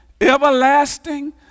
everlasting